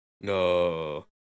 No